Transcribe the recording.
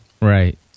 Right